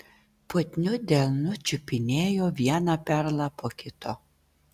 putniu delnu čiupinėjo vieną perlą po kito